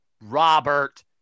Robert